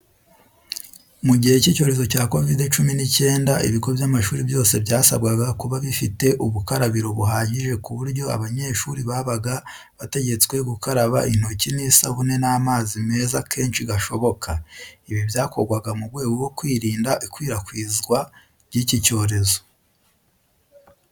Mu gihe cy'icyorezo cya Kovide cumi n'icyenda, ibigo by'amashuri byose byasabwaga kuba bifite ubukarabiro buhagije ku buryo abanyeshuri babaga bategetswe gukaraba intoki n'isabune n'amazi meza kenshi gashoboka. Ibi byakorwaga mu rwego rwo kwirinda ikwirakwizwa ry'iki cyorezo.